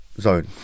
Zone